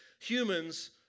humans